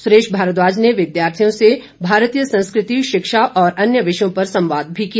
सुरेश भारद्वाज ने विद्यार्थियों से भारतीय संस्कृति शिक्षा और अन्य विषयों पर संवाद भी किया